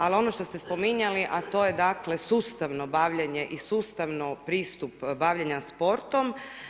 Ali ono što ste spominjali, a to je dakle sustavno bavljenje i sustavno pristup bavljenja sportom.